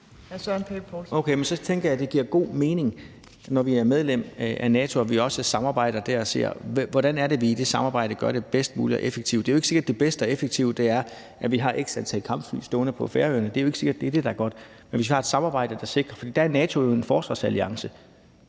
(KF): Okay, men så tænker jeg, at det giver god mening, når vi er medlem af NATO, at vi også samarbejder der og ser, hvordan vi i det samarbejde gør det bedst muligt og effektivt. Det er jo ikke sikkert, at det bedste og mest effektive er, at vi har x antal kampfly stående på Færøerne. Det er jo ikke sikkert, at det er det, der er godt. Men hvis vi har et samarbejde, kan det sikre det. For der er NATO jo en forsvarsalliance,